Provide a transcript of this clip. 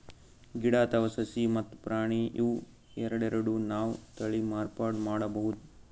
ಗಿಡ ಅಥವಾ ಸಸಿ ಮತ್ತ್ ಪ್ರಾಣಿ ಇವ್ ಎರಡೆರಡು ನಾವ್ ತಳಿ ಮಾರ್ಪಾಡ್ ಮಾಡಬಹುದ್